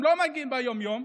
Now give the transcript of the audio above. הם לא מגיעים ביום-יום.